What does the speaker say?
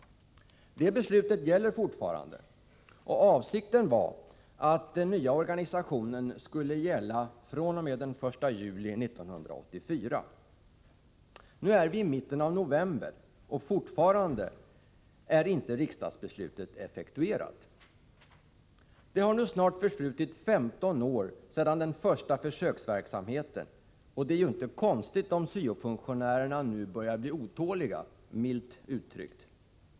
Det beslutet gäller fortfarande, och avsikten var att den nya organisationen skulle gälla fr.o.m. den 1 juli 1984. Nu är vi i mitten av november, och fortfarande är inte riksdagsbeslutet effektuerat. Det har nu snart förflutit 15 år sedan den första försöksverksamheten bedrevs — och det är inte konstigt att syo-funktionärerna börjar bli otåliga, milt uttryckt.